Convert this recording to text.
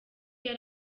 yari